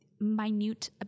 minute